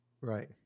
Right